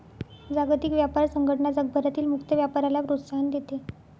जागतिक व्यापार संघटना जगभरातील मुक्त व्यापाराला प्रोत्साहन देते